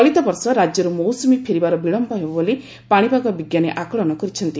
ଚଳିତ ବର୍ଷ ରାଜ୍ୟରୁ ମୌସ୍ମୀ ଫେରିବାର ବିଳୟ ହେବ ବୋଲି ପାଶିପାଗ ବି ଆକଳନ କରିଛନ୍ତି